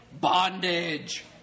bondage